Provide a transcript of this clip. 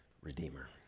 redeemer